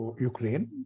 Ukraine